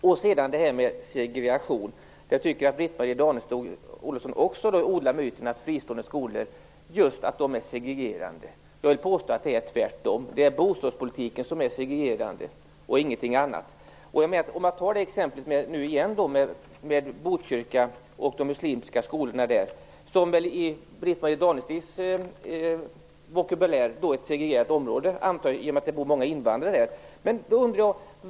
Så till frågan om segregation. Jag tycker att Britt Marie Danestig-Olofsson odlar myten att fristående skolor är segregerande. Jag vill påstå att det är tvärtom. Det är bostadspolitiken som är segregerande och ingenting annat. Man kan återigen ta exemplet med Botkyrka och de muslimska skolorna. Jag antar att det med Britt-Marie Danestig-Olofssons vokabulär är ett segregerat område, i och med att det bor många invandrare där.